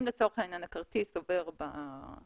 אם לצורך העניין הכרטיס עובר בחנות,